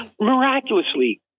miraculously